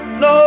no